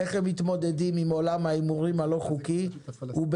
איך הם מתמודדים עם עולם ההימורים הלא חוקי ובתוכו,